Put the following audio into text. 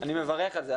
אני מברך על זה.